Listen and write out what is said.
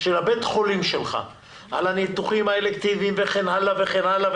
של בית החולים שלך - על הניתוחים האלקטיביים וכן הלאה.